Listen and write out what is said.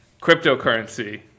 cryptocurrency